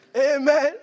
amen